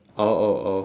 oh oh oh